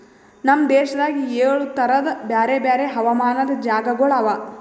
ನಮ್ ದೇಶದಾಗ್ ಏಳು ತರದ್ ಬ್ಯಾರೆ ಬ್ಯಾರೆ ಹವಾಮಾನದ್ ಜಾಗಗೊಳ್ ಅವಾ